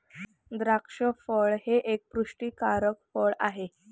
द्राक्ष फळ हे एक पुष्टीकारक फळ आहे